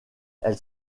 elle